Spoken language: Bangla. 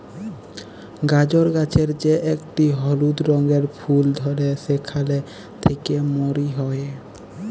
গাজর গাছের যে একটি হলুদ রঙের ফুল ধ্যরে সেখালে থেক্যে মরি হ্যয়ে